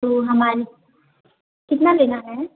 तो हमारे कितना लेना है